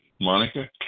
Monica